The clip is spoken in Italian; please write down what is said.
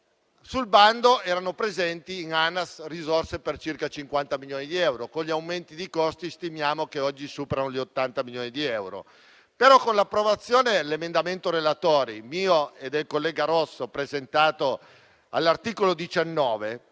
Nel bando erano presenti in Anas risorse per circa 50 milioni di euro. Con gli aumenti di costi, stimiamo che oggi superino gli 80 milioni di euro. Con l'approvazione, però, dell'emendamento dei relatori, a firma mia e del collega Rosso, presentato all'articolo 19,